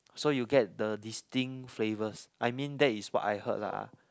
so you get the distinct flavours I mean that is what I heard lah